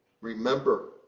Remember